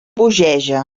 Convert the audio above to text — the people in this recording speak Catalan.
bogeja